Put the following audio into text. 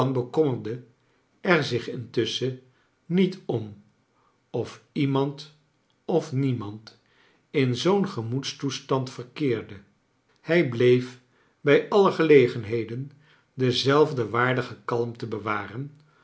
bekommerde er zich intusschen niet om of iemand of niemand in zoom gemoedstoestand verkeerde hij bleef bij alle gelegenheden dezelfde waardige kalmte bewaren